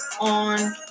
on